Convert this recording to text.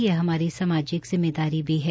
यह हमारी सामाजिक जिम्मेदारी भी है